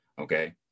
Okay